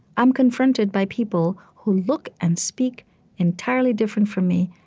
i'm confronted by people who look and speak entirely different from me,